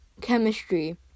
chemistry